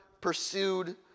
pursued